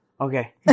Okay